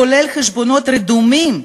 כולל חשבונות רדומים,